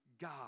God